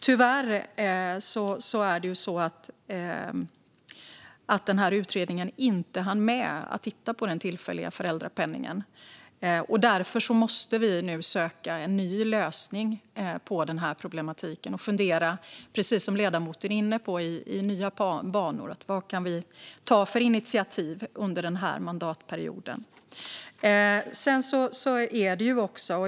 Tyvärr hann utredningen inte med att titta på den tillfälliga föräldrapenningen. Därför måste vi nu söka en ny lösning på problematiken. Vi måste fundera, precis som ledamoten är inne på, i nya banor. Vad kan vi ta för initiativ under den här mandatperioden?